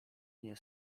nie